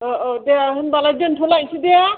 ओ ओ दे होनबालाय दोन्थ'लायनोसै दे